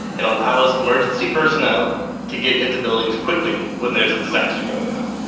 it allows emergency personnel to get into buildings quickly when there's a disaster going on.